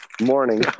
Morning